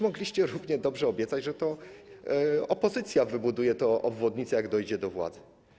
Mogliście równie dobrze obiecać, że to opozycja wybuduje tę obwodnicę, jak dojdzie do władzy.